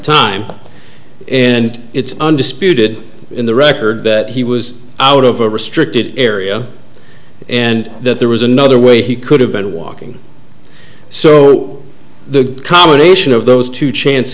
time and it's undisputed in the record that he was out of a restricted area and that there was another way he could have been walking so the combination of those two chance